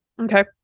Okay